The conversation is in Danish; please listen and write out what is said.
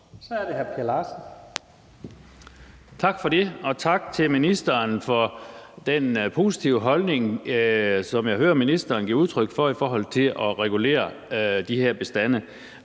Så er det hr.